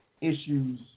issues